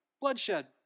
bloodshed